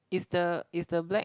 is the is the black